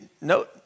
No